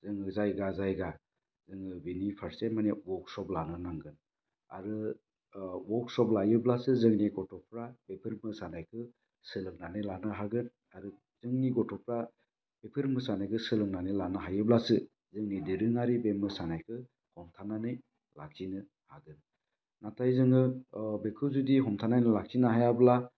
जोङो जायगा जायगा जोङो बेनि फारसे माने अवर्कशप लानो नांगोन आरो अवर्कशप लायोब्लासो जोंनि गथ'फ्रा बेफोर मोसानायखो सोलोंनानै लानो हागोन आरो जोंनि गथ'फ्रा बेफोर मोसानायखो सोलोंनानै लानो हायोब्लासो जोंनि दोरोङारि बे मोसानायखो हमथानानै लाखिनो हागोन नाथाय जोङो ओ बेखौ जुदि हमथानानै लाखिनो हायाब्ला